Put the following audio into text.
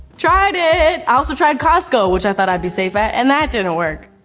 tried it! i also tried costco, which i thought i'd be safe at and that didn't work.